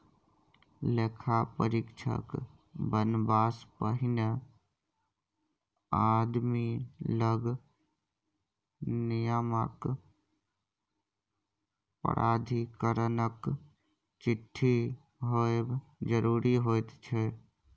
लेखा परीक्षक बनबासँ पहिने आदमी लग नियामक प्राधिकरणक चिट्ठी होएब जरूरी होइत छै